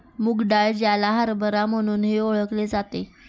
मूग डाळ, ज्याला हरभरा म्हणूनही ओळखले जाते